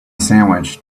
sandwich